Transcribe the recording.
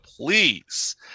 please